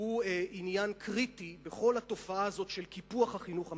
הוא עניין קריטי בכל התופעה הזאת של קיפוח החינוך הממלכתי.